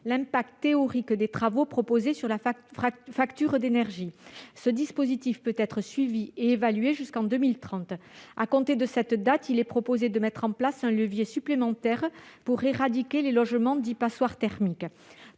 l'impact théorique des travaux proposés sur la facture d'énergie. Ce dispositif pourra être suivi et évalué jusqu'en 2030. À compter de cette date, il est proposé de mettre en place un levier supplémentaire pour éradiquer les logements qualifiés de passoires thermiques